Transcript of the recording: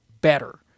better